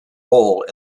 role